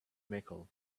mickle